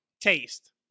taste